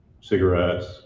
cigarettes